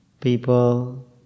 people